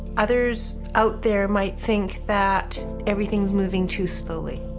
others out there might think that everything's moving too slowly.